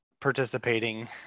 participating